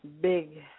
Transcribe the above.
big